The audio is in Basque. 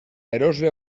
erosle